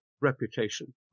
reputation